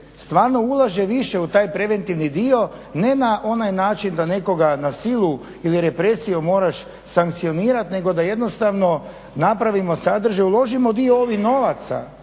stvarno ulaže u taj preventivni dio, ne na onaj način da nekoga na silu ili represijom moraš sankcionirat nego da jednostavno napravimo sadržaj, uložimo dio ovih novaca